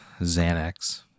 Xanax